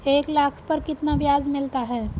एक लाख पर कितना ब्याज मिलता है?